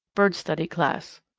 bird study class.